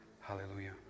Hallelujah